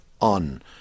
on